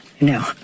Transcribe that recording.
No